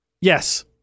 Yes